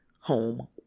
home